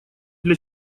для